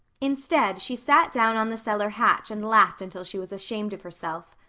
instead, she sat down on the cellar hatch and laughed until she was ashamed of herself.